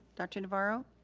dr. navarro,